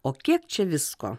o kiek čia visko